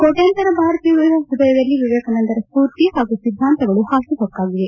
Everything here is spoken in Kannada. ಕೋಟ್ಕಂತರ ಭಾರತೀಯರ ಪೃದಯದಲ್ಲಿ ವಿವೇಕಾನಂದರ ಸ್ಫೂರ್ತಿ ಹಾಗೂ ಸಿದ್ದಾಂತಗಳು ಹಾಸುಹೊಕ್ಕಾಗಿವೆ